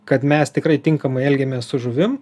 kad mes tikrai tinkamai elgiamės su žuvim